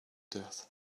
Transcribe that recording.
death